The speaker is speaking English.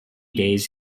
days